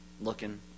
looking